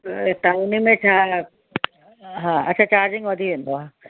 त हिन में छा हा अच्छा चार्जिंग वधी वेंदो आहे